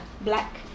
black